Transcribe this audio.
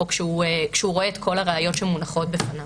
לבדוק, או כשהוא רואה את כל הראיות שמונחות בפניו.